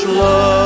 love